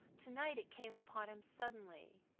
to-night it came upon him suddenly,